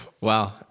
Wow